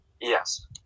yes